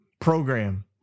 program